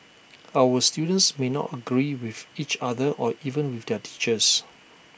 our students may not agree with each other or even with their teachers